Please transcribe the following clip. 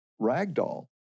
Ragdoll